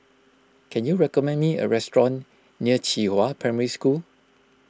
can you recommend me a restaurant near Qihua Primary School